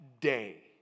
day